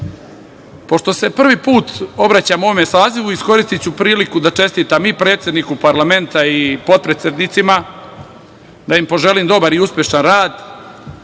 pošto se prvi put obraćam u ovom sazivu, iskoristiću priliku da čestitam i predsedniku parlamenta i potpredsednicima, da im poželim dobar i uspešan rad,